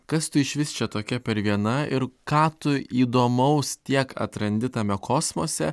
kas tu išvis čia tokia per viena ir ką tu įdomaus tiek atrandi tame kosmose